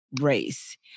race